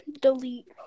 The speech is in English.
Delete